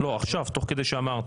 לא, עכשיו, תוך כדי שאמרת.